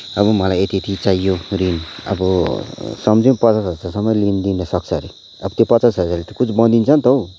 अब मलाई यति यति चाहियो ऋण अब सम्झौँ पचास हजारसम्म ऋण दिन सक्छ अरे अब त्यो पचास हजारले त कुछ बनिन्छ नि त हो